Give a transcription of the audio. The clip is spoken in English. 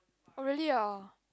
oh really ah